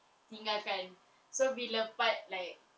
tinggalkan so bila part like